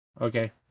Okay